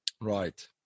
Right